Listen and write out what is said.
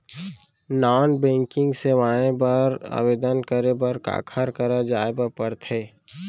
non banking सेवाएं बर आवेदन करे बर काखर करा जाए बर परथे